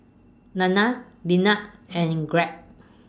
Nanna Linnea and Gregg